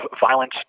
violence